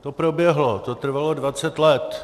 To proběhlo, to trvalo dvacet let.